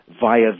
via